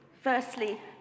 Firstly